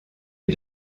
est